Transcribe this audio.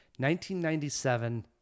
1997